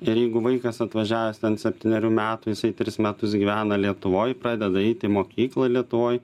ir jeigu vaikas atvažiavęs ten septynerių metų jisai tris metus gyvena lietuvoj pradeda eit į mokyklą lietuvoj